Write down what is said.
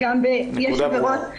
יש עבירות,